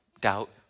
Doubt